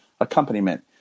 accompaniment